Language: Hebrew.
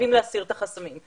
חייבים להסיר את החסמים.